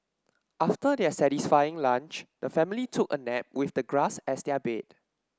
after their satisfying lunch the family took a nap with the grass as their bed